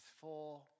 four